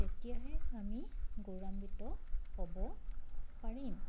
তেতিয়াহে আমি গৌৰৱান্বিত হ'ব পাৰিম